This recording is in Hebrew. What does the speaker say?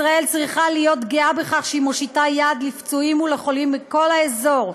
ישראל צריכה להיות גאה בכך שהיא מושיטה לפצועים ולחולים מכל האזור,